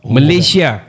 Malaysia